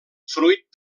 fruit